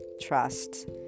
trust